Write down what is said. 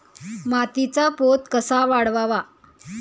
मातीचा पोत कसा वाढवावा?